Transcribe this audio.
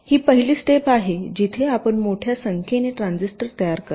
ही पहिली स्टेप आहे जिथे आपण मोठ्या संख्येने ट्रान्झिस्टर तयार करता